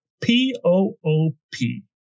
p-o-o-p